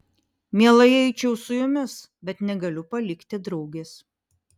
mielai eičiau su jumis bet negaliu palikti draugės